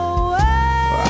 away